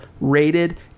rated